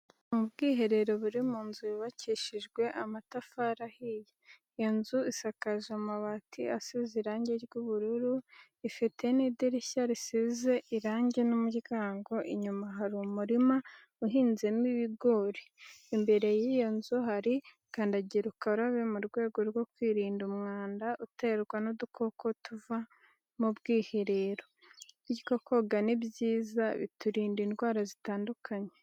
Ni ubwiherero buri mu nzu yubakishijwe amatafari ahiye, iyo nzu isakaje amabati asize irange ry'ubururu, ifite n'idirishya risize irange n'umuryango, inyuma hari umurima uhinzemo ibigori, imbere y'iyo nzu hari kandagira ukarabe mu rwego rwo kwirinda umwanda uterwa n'udukoko tuva mu bwiherero, bityo koga ni byiza biturinda indwara zitandukanye.